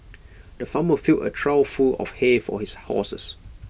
the farmer filled A trough full of hay for his horses